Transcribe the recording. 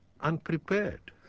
unprepared